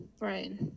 Right